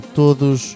todos